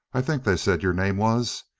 i think they said your name was.